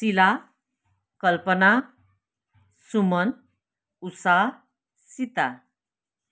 Shila Kalpana Suman Usha Sita